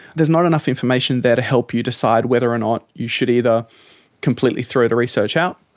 there is not enough information there to help you decide whether or not you should either completely throw the research out,